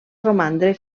romandre